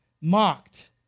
mocked